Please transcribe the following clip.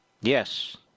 Yes